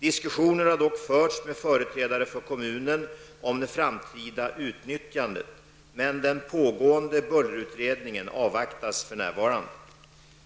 Diskussioner har dock förts med företrädare för kommunen om det framtida utnyttjandet, men den pågående bullerutredningen avvaktas för närvarande.